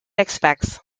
expects